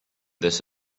this